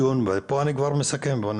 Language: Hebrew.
בתהליך של עיבוד התשובות למתנגדים וכן